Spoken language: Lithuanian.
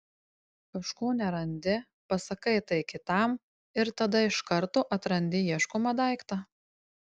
kažko nerandi pasakai tai kitam ir tada iš karto atrandi ieškomą daiktą